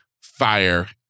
fire